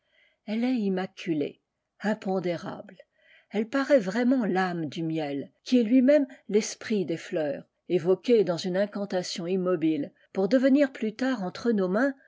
elle est immaculée impondérable elle paraît vraiment l'âme du miel qui est lui-même l'esprit des fleurs évoquée dans une incantation immobile pour devenir plus tard entre nos mains